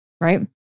right